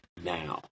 now